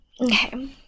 okay